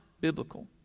biblical